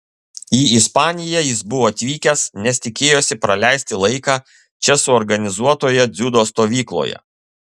į ispaniją jis buvo atvykęs nes tikėjosi praleisti laiką čia suorganizuotoje dziudo stovykloje